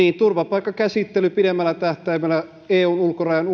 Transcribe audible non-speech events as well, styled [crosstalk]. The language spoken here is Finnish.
turvapaikkakäsittely pitäisi siirtää pidemmällä tähtäimellä eun ulkorajojen [unintelligible]